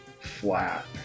flat